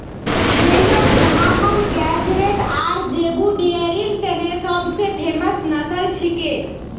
नेलोर ब्राह्मण गेज़रैट आर ज़ेबू डेयरीर तने सब स फेमस नस्ल छिके